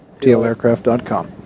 tlaircraft.com